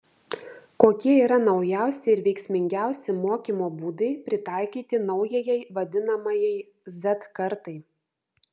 kokie yra naujausi ir veiksmingiausi mokymo būdai pritaikyti naujajai vadinamajai z kartai